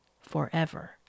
forever